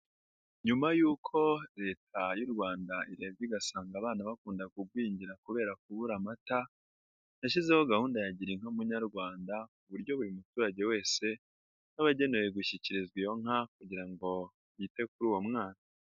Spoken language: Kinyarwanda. Nyuma y'uko Leta y'u Rwanda irebye igasanga abana bakunda kugwingira kubera kubura amata. Yashyizeho gahunda ya gira inka munyarwanda, ku buryo buri muturage wese abagenewe gushyikirizwa iyo nka kugira ngo yite kuri uwo mwana.